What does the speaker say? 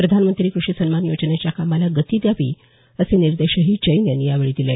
प्रधानमंत्री कृषी सन्मान योजनेच्या कामाला गती द्यावी असे निर्देशही जैन यांनी यावेळी दिले